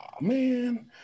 man